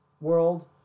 world